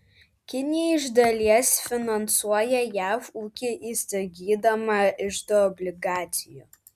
kinija iš dalies finansuoja jav ūkį įsigydama iždo obligacijų